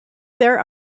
there